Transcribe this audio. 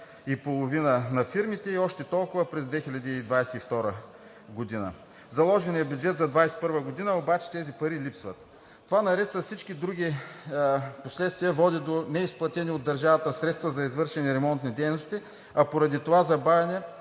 и половина на фирмите и още толкова през 2022 г. В заложения бюджет за 2021 г. обаче тези пари липсват. Това, наред с всички други последствия, води до неизплатени от държавата средства за извършени ремонтни дейности, а поради това забавяне